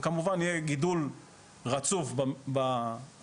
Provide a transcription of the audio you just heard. וכמובן יהיה גידול רצוף במתחדשות,